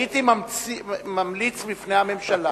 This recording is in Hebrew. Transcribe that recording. הייתי ממליץ בפני הממשלה